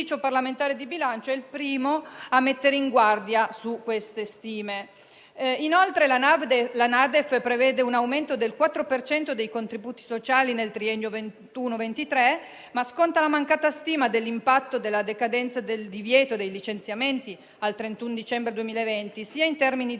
L'Ufficio parlamentare di bilancio è quindi il primo a mettere in guardia su queste stime. Inoltre, la NADEF prevede un aumento del 4 per cento dei contributi sociali nel triennio 2021-2023, ma sconta la mancata stima dell'impatto della decadenza del divieto dei licenziamenti al 31 dicembre 2020, in termini di